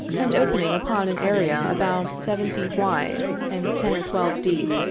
and opening upon an area about seven feet wide and ten or twelve deep,